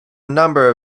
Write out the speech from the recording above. number